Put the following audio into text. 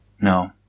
No